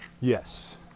Yes